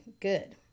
good